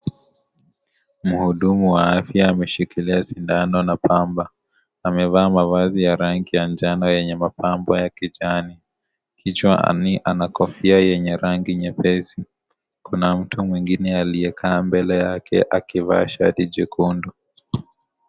Muhudumu wa afya ameshikilia shindano na pamba amevaa mavazi ya rangi ya njano yenye mapambo ya kijani kichwani anakofia yenye rangi nyepesi na mtu mwingine aliyekaa mbele yake akivaa shati jekundu.